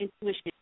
intuition